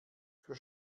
für